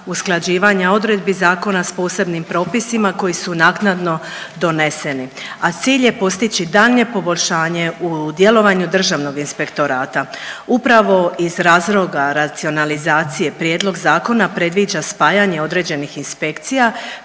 usklađivanja odredbi zakona s posebnim propisima koji su naknadno doneseni, a cilj je postići daljnje poboljšanje u djelovanju Državnog inspektorata. Upravo iz razloga racionalizacije Prijedlog zakona predviđa spajanje određenih inspekcija,